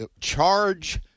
charge